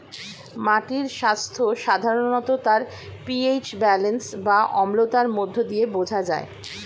মাটির স্বাস্থ্য সাধারণত তার পি.এইচ ব্যালেন্স বা অম্লতার মধ্য দিয়ে বোঝা যায়